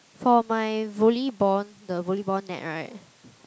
for my volleyball the volleyball net right